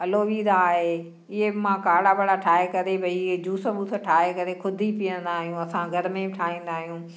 aloe vera आहे इहे बि मां काढ़ा वाढ़ा ठाहे करे भई जूस वूस ठाहे करे ख़ुदि ई पीअंदा आहियूं असां घर में बि ठाहींदा आहियूं